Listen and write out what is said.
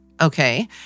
Okay